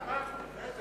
מה, מה?